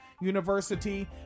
University